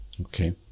Okay